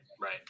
Right